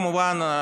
כמובן,